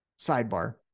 sidebar